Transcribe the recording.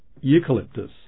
eucalyptus